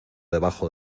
debajo